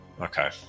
Okay